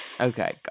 Okay